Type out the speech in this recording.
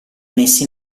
messi